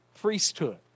priesthood